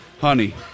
Honey